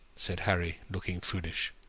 said harry, looking foolish.